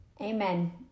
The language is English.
Amen